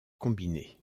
combiné